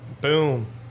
Boom